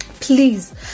please